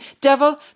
devil